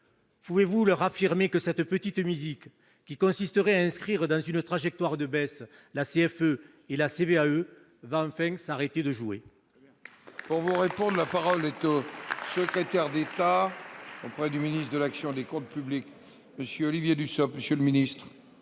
Pouvez-vous leur affirmer que cette petite musique qui consisterait à inscrire dans une trajectoire de baisse la CFE et la CVAE va enfin s'arrêter de jouer ?